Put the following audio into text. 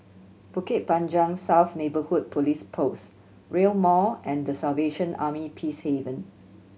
Bukit Panjang South Neighbourhood Police Post Rail Mall and The Salvation Army Peacehaven